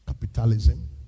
Capitalism